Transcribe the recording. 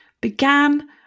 began